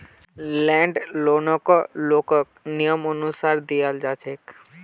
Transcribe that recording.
land लोनकको लोगक नियमानुसार दियाल जा छेक